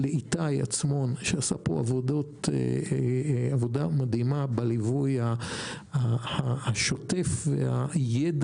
לאיתי עצמון שעשה פה עבודה מדהימה בליווי השוטף והידע